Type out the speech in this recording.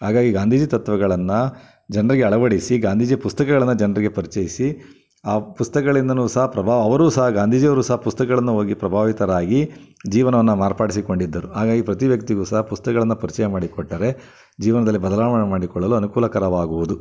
ಹಾಗಾಗಿ ಗಾಂಧೀಜಿ ತತ್ವಗಳನ್ನು ಜನರಿಗೆ ಅಳವಡಿಸಿ ಗಾಂಧೀಜಿ ಪುಸ್ತಕಗಳನ್ನ ಜನರಿಗೆ ಪರಿಚಯಿಸಿ ಆ ಪುಸ್ತಕಗಳಿಂದನೂ ಸಹ ಪ್ರಭಾವ ಅವರೂ ಸಹ ಗಾಂಧೀಜಿಯವರೂ ಸಹ ಪುಸ್ತಕಗಳನ್ನ ಓದಿ ಪ್ರಭಾವಿತರಾಗಿ ಜೀವನವನ್ನು ಮಾರ್ಪಾಡಿಸಿಕೊಂಡಿದ್ದರು ಹಾಗಾಗಿ ಪ್ರತಿ ವ್ಯಕ್ತಿಗೂ ಸಹ ಪುಸ್ತಕಗಳನ್ನ ಪರಿಚಯ ಮಾಡಿಕೊಟ್ಟರೆ ಜೀವನದಲ್ಲಿ ಬದಲಾವಣೆ ಮಾಡಿಕೊಳ್ಳಲು ಅನುಕೂಲಕರವಾಗುವುದು